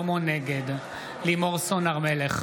נגד לימור סון הר מלך,